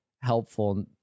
helpful